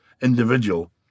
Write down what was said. individual